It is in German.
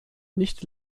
nicht